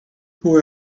more